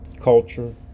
Culture